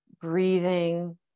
breathing